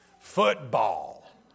Football